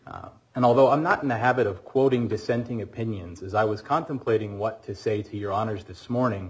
and although i'm not in the habit of quoting dissenting opinions as i was contemplating what to say to your honor's this morning